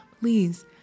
Please